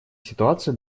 ситуация